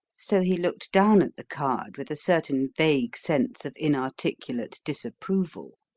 so he looked down at the card with a certain vague sense of inarticulate disapproval.